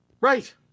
Right